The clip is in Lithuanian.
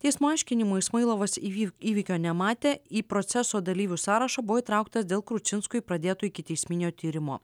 teismo aiškinimu ismailovas įvyko įvykio nematė į proceso dalyvių sąrašą buvo įtrauktas dėl kručinskui pradėto ikiteisminio tyrimo